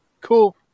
cool